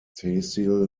tehsil